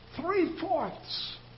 Three-fourths